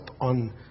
on